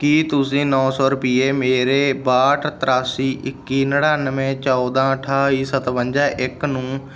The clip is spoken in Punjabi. ਕੀ ਤੁਸੀਂਂ ਨੌ ਸੌ ਰੁਪਈਏ ਮੇਰੇ ਬਾਹਠ ਤ੍ਰਿਆਸੀ ਇੱਕੀ ਨੜ੍ਹਿਨਵੇਂ ਚੌਦ੍ਹਾਂ ਅਠਾਈ ਸਤਵੰਜਾ ਇੱਕ ਨੂੰ